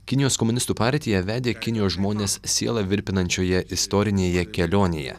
kinijos komunistų partija vedė kinijos žmonės sielą virpinančioje istorinėje kelionėje